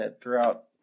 throughout